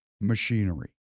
machinery